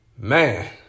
man